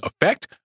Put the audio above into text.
effect